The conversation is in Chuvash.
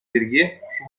пирки